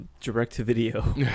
direct-to-video